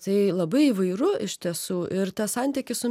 tai labai įvairu iš tiesų ir tas santykis su